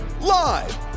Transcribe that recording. live